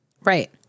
Right